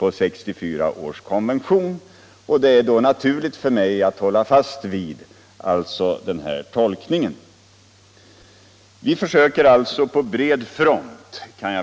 Mot den bakgrunden är det naturligt för mig att tolka frågan om 1964 års konvention som jag